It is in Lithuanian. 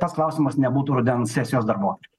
tas klausimas nebūtų rudens sesijos darbotvarkėj